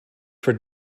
for